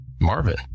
Marvin